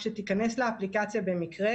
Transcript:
כשתיכנס לאפליקציה במקרה,